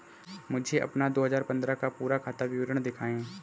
मुझे अपना दो हजार पन्द्रह का पूरा खाता विवरण दिखाएँ?